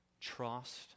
trust